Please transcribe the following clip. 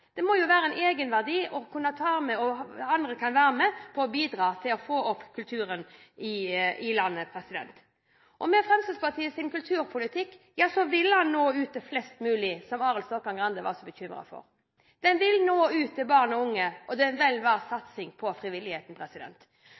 Det må jo være en egenverdi i at andre kan være med på å bidra til å få opp kulturen i landet. Med Fremskrittspartiets kulturpolitikk vil den nå ut til flest mulig, noe Arild Stokkan-Grande var så bekymret for at den ikke ville gjøre. Den vil nå ut til barn og unge, og det er vel verdt satsing på frivilligheten.